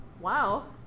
Wow